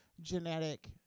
genetic